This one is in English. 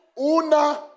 una